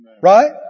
Right